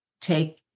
take